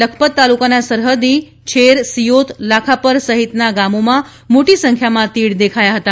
લખપત તાલુકાના સરહદી મુધાન છેર સિયોત લાખાપર સહિતના ગામોમાં મોટી સંખ્યામાં તીડ દેખાયા હતા